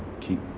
keep